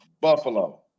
Buffalo